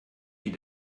wie